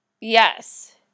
Yes